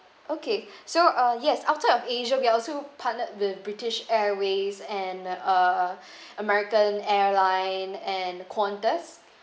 okay so uh yes outside of asia we're also partnered with british airways and uh american airline and qantas